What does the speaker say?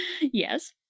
Yes